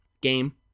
Game